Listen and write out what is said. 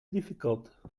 difficult